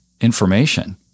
information